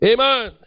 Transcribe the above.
Amen